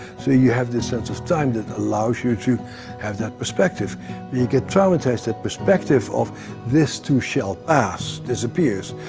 so you have this sense of time that allows you to have that perspective. when you get traumatized the perspective of this, too, shall pass disappears.